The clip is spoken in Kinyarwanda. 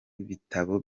w’ibitabo